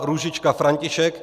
Růžička František